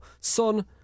Son